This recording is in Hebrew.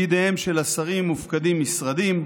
בידיהם של השרים מופקדים משרדים,